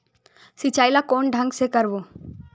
सिंचाई ल कोन ढंग से करबो?